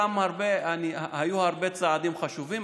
היו הרבה צעדים חשובים.